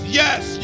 yes